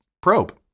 probe